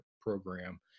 program